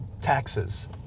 taxes